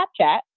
Snapchat